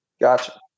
Gotcha